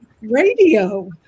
radio